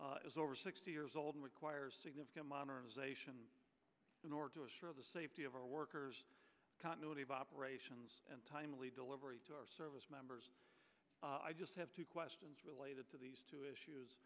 plant is over sixty years old and requires significant modernization in order to assure the safety of our workers continuity of operations and timely delivery to our service members i just have two questions related to these two issues